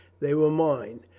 they were mine.